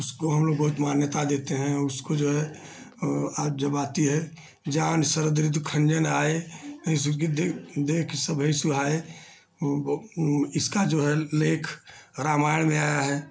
उसको हमलोग बहुत मान्यता देते हैं और उसको जो है आज जब आती है जहाँ न शरद ऋतु खन्जन आए ऋतु की देख सबहे सुहाए वह इसका जो है उल्लेख रामायण में आया है